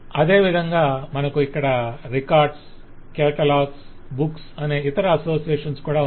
అదేవిధంగా మనకు ఇక్కడ రికార్డ్స్ కేటలాగ్ బుక్స్ అనే ఇతర అసోసియేషన్స్ ఉన్నాయి